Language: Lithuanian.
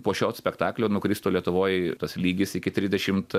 po šio spektaklio nukristų lietuvoj tas lygis iki trisdešimt